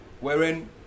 wherein